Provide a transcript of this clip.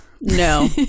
no